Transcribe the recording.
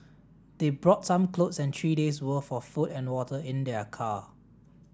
they brought some clothes and three days' worth of food and water in their car